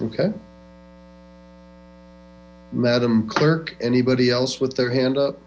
ok madam clerk anybody else with their hand